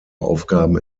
aufgaben